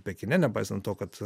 pekine nepaisant to kad